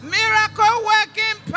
miracle-working